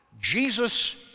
Jesus